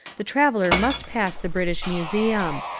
the traveller must pass the british museum.